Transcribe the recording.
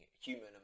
human